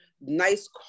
nice